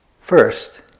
First